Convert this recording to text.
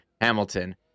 Hamilton